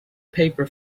paper